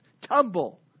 tumble